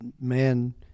man